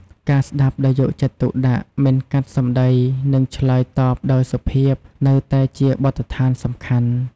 ការ ស្ដាប់ដោយយកចិត្តទុកដាក់ មិនកាត់សម្ដី និងឆ្លើយតបដោយសុភាព នៅតែជាបទដ្ឋានសំខាន់។